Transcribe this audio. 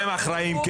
אחראים?